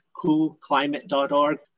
coolclimate.org